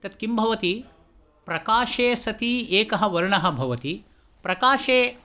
तत् किं भवति प्रकाशे सति एकः वर्णः भवति प्रकाशे